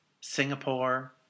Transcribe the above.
Singapore